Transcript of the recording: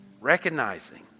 recognizing